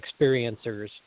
experiencers